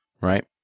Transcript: right